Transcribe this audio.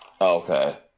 Okay